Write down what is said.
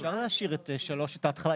אפשר להשאיר את 3, את ההתחלה.